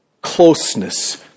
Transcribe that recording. closeness